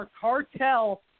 cartel